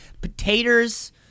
Potatoes